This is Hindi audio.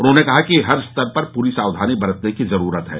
उन्होंने कहा कि हर स्तर पर पूरी सावधानी बरतने की जरूरत है